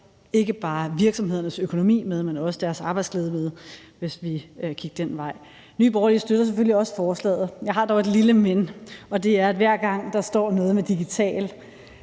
ikke bare virksomheders økonomi med, men også deres arbejdsglæde med, hvis vi gik den vej. Nye Borgerlige støtter selvfølgelig også forslaget. Jeg har dog et lille men, og det er, at hver gang der står noget med »digital«,